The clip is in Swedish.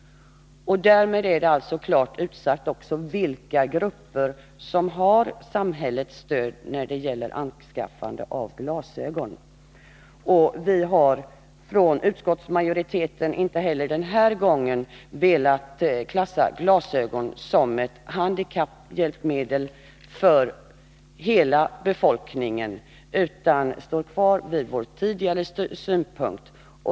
Därmed är det alltså klart utsagt vilka grupper som har samhällets stöd när det gäller anskaffande av glasögon. Vi har i utskottsmajoriteten inte heller denna gång velat klassa glasögon som ett handikapphjälpmedel för hela befolkningen utan står kvar vid vår tidigare synpunkt.